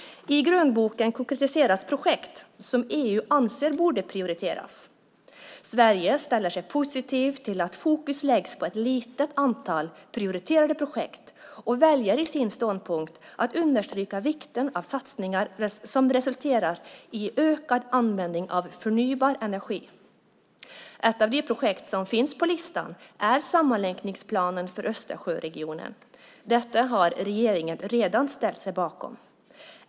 I grönboken konkretiseras projekt som EU anser borde prioriteras. Sverige ställer sig positivt till att fokus läggs på ett litet antal prioriterade projekt och väljer i sin ståndpunkt att understryka vikten av satsningar som resulterar i ökad användning av förnybar energi. Ett av de projekt som finns på listan är sammanlänkningsplanen för Östersjöregionen. Detta har regeringen redan ställt sig bakom.